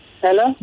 Hello